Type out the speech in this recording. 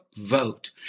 vote